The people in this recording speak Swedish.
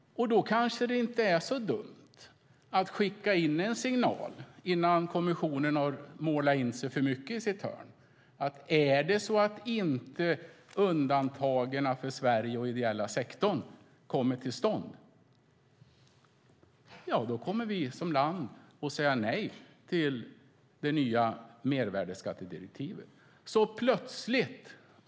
Då är det kanske inte så dumt att innan kommissionen målat in sig för mycket i sitt hörn sända signalen att om undantag för Sverige och den ideella sektorn inte kommer till stånd kommer vi som land att säga nej till det nya mervärdesskattedirektivet.